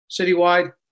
citywide